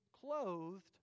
clothed